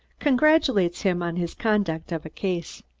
congratulates him on his conduct of a case.